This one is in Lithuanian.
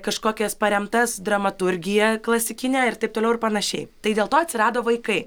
kažkokias paremtas dramaturgija klasikine ir taip toliau ir panašiai tai dėl to atsirado vaikai